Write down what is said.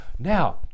Now